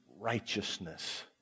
righteousness